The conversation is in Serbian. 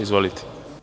Izvolite.